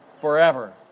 forever